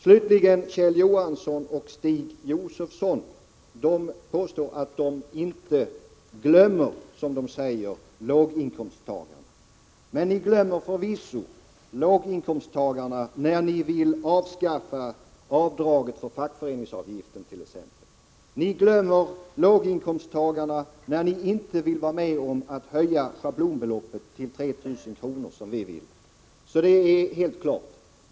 Slutligen påstår Kjell Johansson och Stig Josefson att de inte glömmer låginkomsttagarna. Men ni glömmer förvisso låginkomsttagarna när ni vill avskaffat.ex. avdraget för fackföreningsavgiften, ni glömmer dem när ni inte vill vara med om att höja schablonbeloppet till 3 000 kr., som vi vill. Det är helt klart.